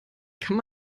kann